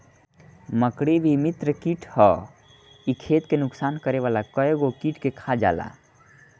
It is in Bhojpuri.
मकड़ी भी मित्र कीट हअ इ खेत के नुकसान करे वाला कइगो कीट के खा जाला